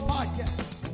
Podcast